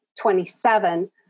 27